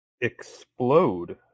explode